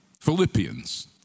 Philippians